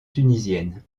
tunisienne